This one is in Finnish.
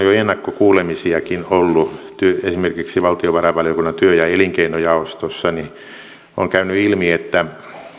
jo ennakkokuulemisiakin ollut esimerkiksi valtiovarainvaliokunnan työ ja elinkeinojaostossa niin on käynyt ilmi että